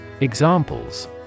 Examples